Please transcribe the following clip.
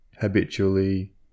habitually